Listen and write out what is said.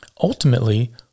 ultimately